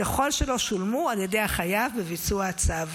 ככל שלא שולמו על ידי החייב בביצוע הצו.